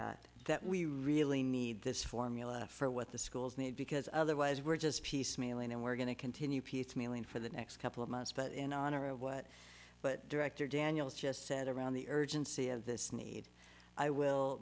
caveat that we really need this formula for what the schools need because otherwise we're just piecemeal and we're going to continue piecemealing for the next couple of months but in honor of what but director daniels just said around the urgency of this need i will